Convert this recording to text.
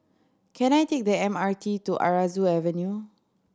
can I take the M R T to Aroozoo Avenue